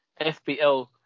FBL